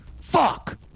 Fuck